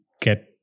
get